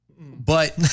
But-